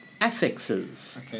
affixes